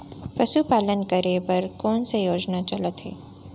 पशुपालन करे बर कोन से योजना चलत हे?